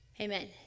Amen